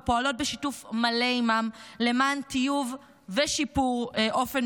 ופועלות בשיתוף מלא עימם למען טיוב ושיפור אופן